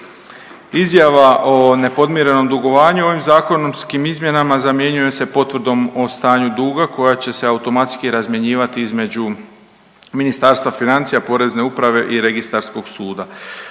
Izjava o nepodmirenom dugovanju ovim zakonskim izmjenama zamjenjuju se potvrdom o stanju duga koja će se automatski razmjenjivati između Ministarstva financija, Porezne uprave i registarskog suda.